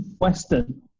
Western